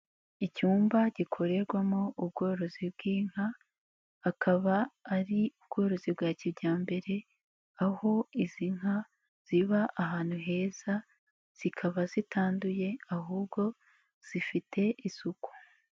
Icyumba gikorerwamo ubworozi bw'inka, akaba ari ubworozi bwa kijyambere, aho izi nka ziba ahantu heza zikaba zitanduye, ahubwo zifite isuku.